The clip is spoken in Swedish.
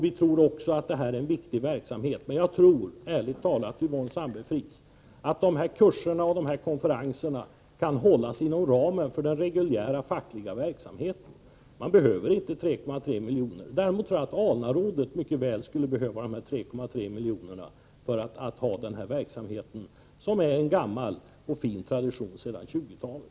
Vi tror också att det här är en viktig verksamhet. Men ärligt talat tror jag, Yvonne Sandberg-Fries, att kurser och konferenser kan hållas inom ramen för den reguljära fackliga verksamheten. Man behöver inte 3,3 miljoner. Däremot tror jag att ALNA-rådet mycket väl skulle behöva de 3,3 miljonerna för att upprätthålla sin verksamhet, som är en gammal och fin tradition — alltsedan 1920-talet.